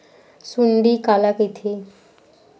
सुंडी काला कइथे?